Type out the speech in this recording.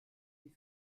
die